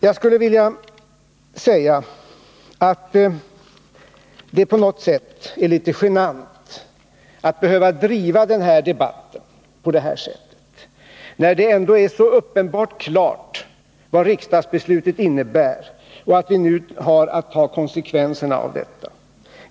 Jag skulle vilja säga att det på något sätt är litet genant att behöva driva denna debatt på det här sättet, när det ändå är så uppenbart klart vad riksdagsbeslutet innebär och att vi nu har att ta konsekvenserna av detta.